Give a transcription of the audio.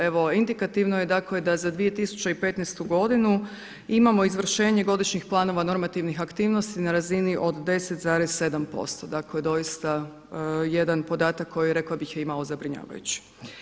Evo indikativno je dakle da za 2015. godinu imamo izvršenje godišnjih planova normativnih aktivnosti na razini od 10,7%, dakle doista jedan podatak koji rekla bih je i malo zabrinjavajući.